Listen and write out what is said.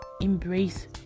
embrace